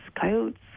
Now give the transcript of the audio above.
coyotes